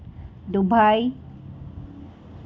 Dubai